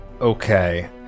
Okay